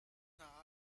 hna